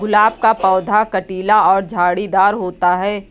गुलाब का पौधा कटीला और झाड़ीदार होता है